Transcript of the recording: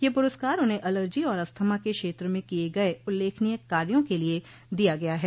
यह पुरस्कार उन्हें एलर्जी और अस्थमा के क्षेत्र में किये गये उल्लेखनीय कार्यो के लिये दिया गया है